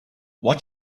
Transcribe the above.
what